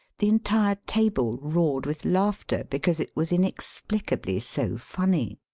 the entire table roared with laughter because it was inex plicably so funny.